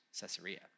Caesarea